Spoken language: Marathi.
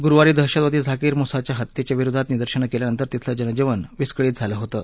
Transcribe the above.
गुरुवारी दहशतवादी झाकीर मुसाच्या हत्येच्या विरोधात निदर्शनं केल्यानंतर तिथलं जनजीवन विस्कळीत झालं होतं